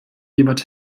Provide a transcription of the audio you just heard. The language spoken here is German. jemand